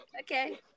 okay